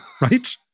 right